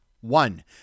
One